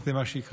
שזה מה שיקרה.